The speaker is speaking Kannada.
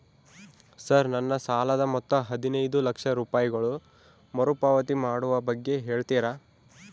ಸರ್ ನನ್ನ ಸಾಲದ ಮೊತ್ತ ಹದಿನೈದು ಲಕ್ಷ ರೂಪಾಯಿಗಳು ಮರುಪಾವತಿ ಮಾಡುವ ಬಗ್ಗೆ ಹೇಳ್ತೇರಾ?